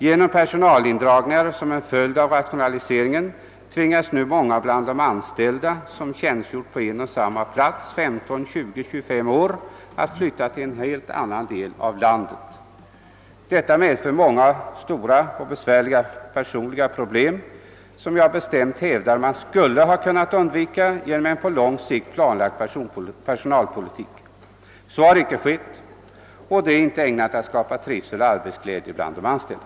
Genom personalindragningar tvingas många av de anställda, som tjänstgjort på samma plats 15, 20 eller 25 år, att flytta till en helt annan del av landet. Detta medför många. stora personliga problem som man skulle kunnat undvika genom en på lång sikt planlagd personalpolitik. Någon, sådan planläggning har inte ägt rum, och det är inte ägnat att skapa trivsel och arbetseljslje, bland de anställda.